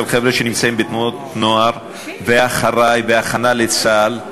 של חבר'ה שנמצאים בתנועות נוער ו"אחריי!" והכנה לצה"ל,